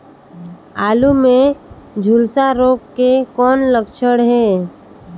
आलू मे झुलसा रोग के कौन लक्षण हे?